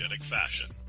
fashion